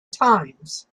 times